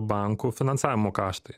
bankų finansavimo kaštai